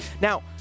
Now